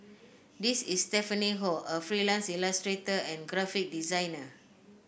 this is Stephanie Ho a freelance illustrator and graphic designer